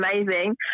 amazing